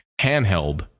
handheld